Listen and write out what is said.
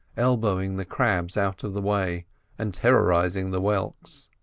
elbowing the crabs out of the way and terrorising the whelks.